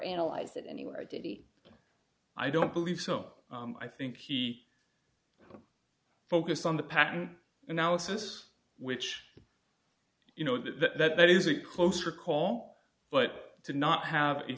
analyze it anyway i did i don't believe so i think he focused on the patent analysis which you know that there is a closer call but to not have a